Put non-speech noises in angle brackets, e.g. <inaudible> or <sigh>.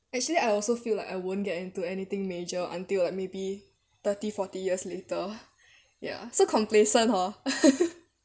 actually I also feel like I won't get into anything major until like maybe thirty forty years later ya so complacent hor <laughs>